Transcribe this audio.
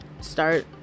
Start